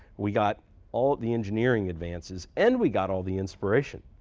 we got all the engineering advances. and we got all the inspiration.